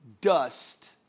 dust